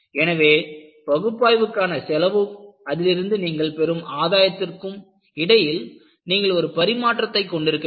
எனவே பகுப்பாய்வுக்கான செலவுக்கும் அதிலிருந்து நீங்கள் பெறும் ஆதாயத்திற்கும் இடையில் நீங்கள் ஒரு பரிமாற்றத்தை கொண்டிருக்க வேண்டும்